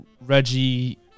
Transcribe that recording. Reggie